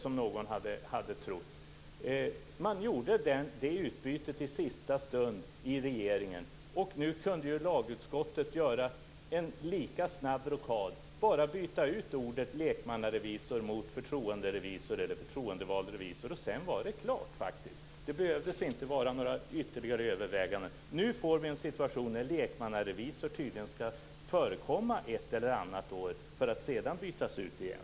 Regeringen gjorde det bytet i sista stund. Nu kunde ju lagutskottet göra en lika snabb rockad och bara byta ut ordet lekmannarevisor mot förtroenderevisor eller förtroendevald revisor. Sen skulle det vara klart. Det skulle inte behövas några ytterligare överväganden. Nu får vi en situation som innebär att ordet lekmannarevisor tydligen skall förekomma ett eller annat år, för att sedan bytas ut igen.